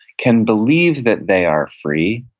can believe that they are free,